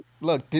Look